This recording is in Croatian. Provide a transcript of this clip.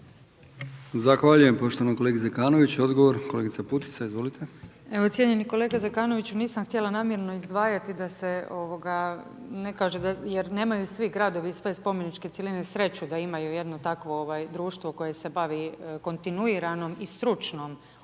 Zahvaljujem poštovanom kolegi Zekanoviću. Odgovor, kolegica Putica, izvolite. **Putica, Sanja (HDZ)** Evo cijenjeni kolega Zekanoviću, nisam htjela namjerno izdvajati da se ne kaže jer nemaju svi gradovi, sve spomeničke cjeline sreću da imaju jedno takvo društvo koje se bavi kontinuiranom i stručnom obnovom